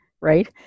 right